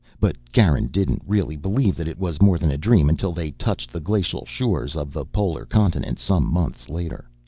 but garin didn't really believe that it was more than a dream until they touched the glacial shores of the polar continent some months later.